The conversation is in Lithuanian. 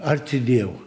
arti dievo